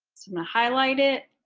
to ah highlight it.